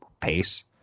pace